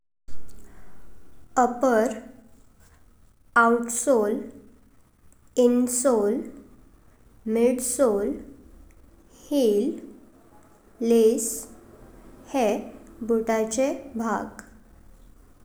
Upper, outsole, insole, midsole, heel, lace हे बुताचें बाग।